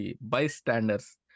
Bystanders